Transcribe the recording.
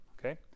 Okay